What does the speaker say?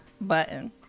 button